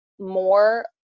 more